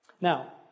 Now